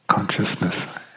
Consciousness